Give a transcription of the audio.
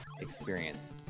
experience